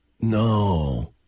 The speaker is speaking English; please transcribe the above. No